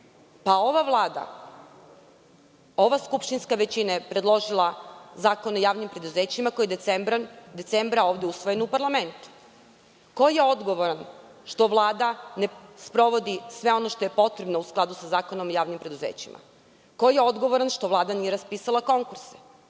Pa, ova Vlada, ova skupštinska većina je predložila Zakon o javnim preduzećima, koji je decembra ovde usvojen u parlamentu. Ko je odgovoran što Vlada ne sprovodi sve ono što je potrebno u skladu sa Zakonom o javnim preduzećima? Ko je odgovoran što Vlada nije raspisala konkurse?